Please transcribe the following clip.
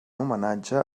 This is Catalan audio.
homenatge